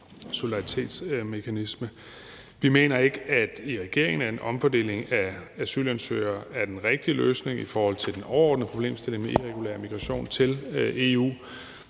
mener vi ikke, at en omfordeling af asylansøgere er den rigtige løsning i forhold til den overordnede problemstilling med irregulær migration til EU,